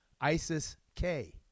ISIS-K